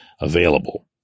available